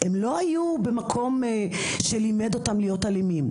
הם לא היו במקום שלימד אותם להיות אלימים.